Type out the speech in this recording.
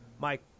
Mike